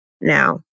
Now